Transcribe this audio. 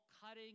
cutting